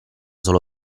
solo